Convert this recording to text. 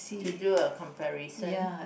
to do a comparison